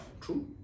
True